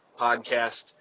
podcast